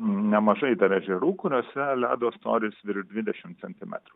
nemažai dar ežerų kuriuose ledo storis virš dvidešimt centimetrų